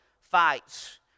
fights